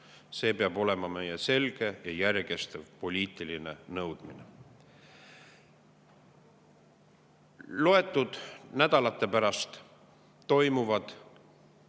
See peab olema meie selge ja järjekestev poliitiline nõudmine. Loetud nädalate pärast toimuvad